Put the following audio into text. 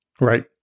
Right